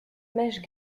mèches